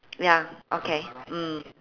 ya okay mm